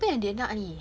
apa yang dia nak ni